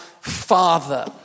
Father